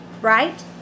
right